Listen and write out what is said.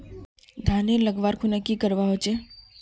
धानेर लगवार खुना की करवा होचे?